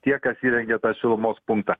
tie kas įrengė tą šilumos punktą